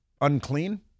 Unclean